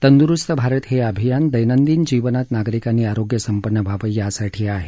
तंदुरुस्त भारत हे अभियान दैनंदीन जीवनात नागरिकांनी आरोग्य संपन्न व्हावं यासाठी आहे